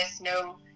no